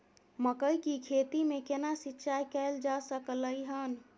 मकई की खेती में केना सिंचाई कैल जा सकलय हन?